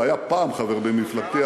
הוא היה פעם חבר במפלגתי,